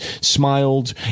smiled